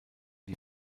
die